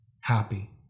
happy